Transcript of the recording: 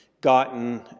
gotten